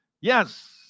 Yes